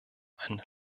ein